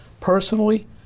personally